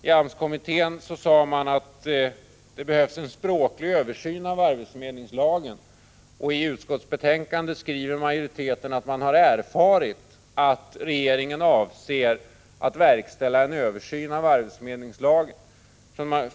I AMS kommittén sade man att det behövs en språklig översyn av arbetförmedlingslagen, och i utskottsbetänkandet skriver majoriteten att man har erfarit att regeringen avser att verkställa en översyn av lagen.